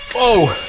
oh!